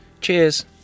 Cheers